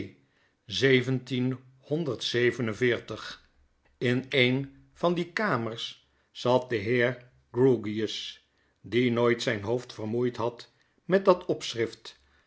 in een van die kamers zat de heer grewgious die nooit zyn hoofd vermoeid had met dat opschrift